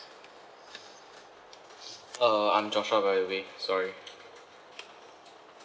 uh I'm joshua by the way sorry